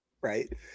right